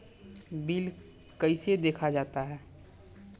Bill कैसे देखा जाता हैं?